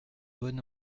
bon